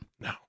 No